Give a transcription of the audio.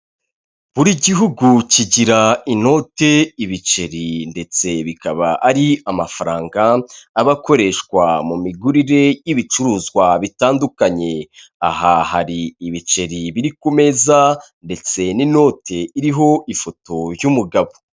Buri gihugu kigira inote, ibiceri ndetse bikaba ari amafaranga aba akoreshwa mu migurire y'ibicuruzwa bitandukanye. Aha hari ibiceri biri ku meza ndetse n'inoti iriho ifoto y'umugabo.